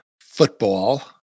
football